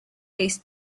least